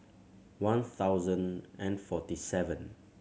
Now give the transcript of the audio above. one thousand and forty seven